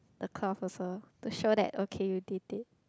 the cloth also to show that okay you did it